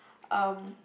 um